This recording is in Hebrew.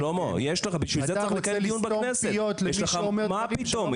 שלמה --- אתה רוצה לסגור פיות למי שאומר --- מה פתאום,